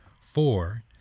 four